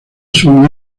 suma